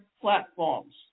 platforms